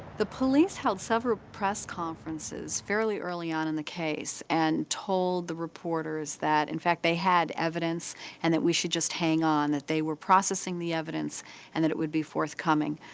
the police held suffer press conferences fairly early on in the case and told the reporters that, in fact, they had evidence and that we should just hang on. that they were processing the evidence and that it would be forthcoming.